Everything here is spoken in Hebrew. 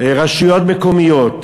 רשויות מקומיות,